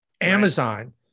Amazon